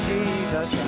Jesus